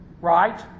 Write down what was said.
right